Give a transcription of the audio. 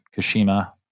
Kashima